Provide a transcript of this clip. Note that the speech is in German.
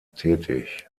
tätig